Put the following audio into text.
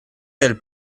del